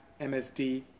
MSD